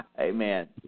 Amen